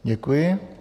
Děkuji.